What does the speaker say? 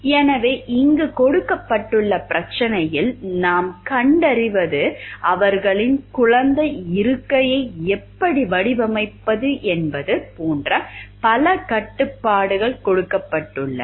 எனவே இங்கு கொடுக்கப்பட்டுள்ள பிரச்சனையில் நாம் கண்டறிவது அவர்களின் குழந்தை இருக்கையை எப்படி வடிவமைப்பது என்பது போன்ற பல கட்டுப்பாடுகள் கொடுக்கப்பட்டுள்ளன